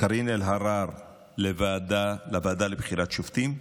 קארין אלהרר לוועדה לבחירת שופטים,